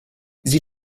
sie